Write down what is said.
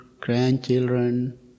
grandchildren